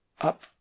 Up